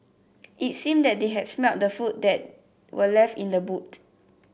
it seemed that they had smelt the food that were left in the boot